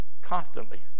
Constantly